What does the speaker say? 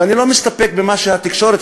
ואני לא מסתפק במה שהתקשורת,